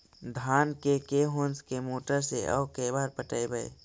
धान के के होंस के मोटर से औ के बार पटइबै?